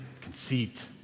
conceit